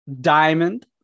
diamond